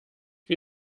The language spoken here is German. wie